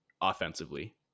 offensively